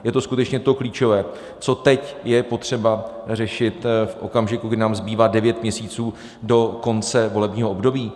Je to skutečně to klíčové, co teď je potřeba řešit, v okamžiku, kdy nám zbývá devět měsíců do konce volebního období?